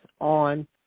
on